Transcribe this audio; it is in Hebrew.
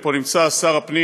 ונמצא פה שר הפנים